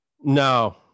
No